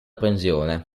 pensione